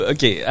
Okay